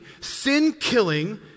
sin-killing